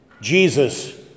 Jesus